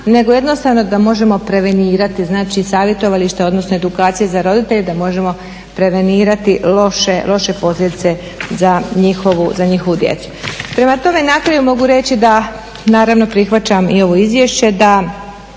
nego jednostavno da možemo prevenirati, znači savjetovalište, odnosno edukacija za roditelje da možemo prevenirati loše posljedice za njihovu djecu. Prema tome, nakraju mogu reći da naravno prihvaćam i ovo izvješće,